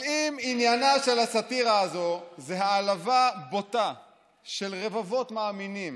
אבל אם עניינה של הסאטירה הזאת זה העלבה בוטה של רבבות מאמינים